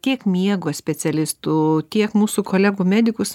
kiek miego specialistų tiek mūsų kolegų medikus